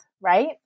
right